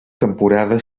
temporada